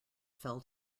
fell